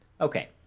Okay